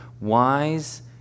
wise